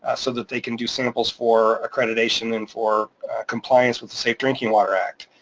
ah so that they can do samples for accreditation and for compliance with the safe drinking water act.